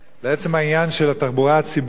לעצם העניין של התחבורה הציבורית,